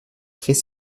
créer